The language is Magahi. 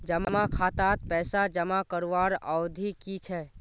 जमा खातात पैसा जमा करवार अवधि की छे?